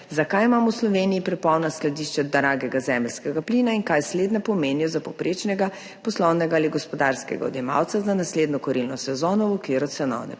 zakaj imamo v Sloveniji prepolna skladišče dragega zemeljskega plina in kaj slednja pomenijo za povprečnega poslovnega ali gospodarskega odjemalca za naslednjo kurilno sezono v okviru cenovne politike